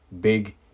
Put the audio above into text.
big